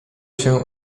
się